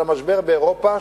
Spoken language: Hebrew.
המשמעויות של המשבר באירופה,